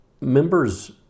Members